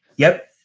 yep.